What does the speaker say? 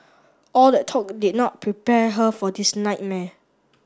all that talk did not prepare her for this nightmare